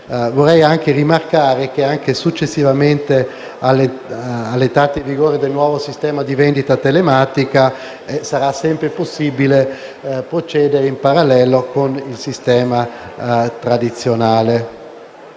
Vorrei rimarcare che, anche successivamente all'entrata in vigore del nuovo sistema di vendita telematica, sarà sempre possibile procedere in parallelo con il sistema tradizionale.